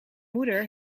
moeder